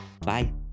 Bye